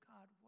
God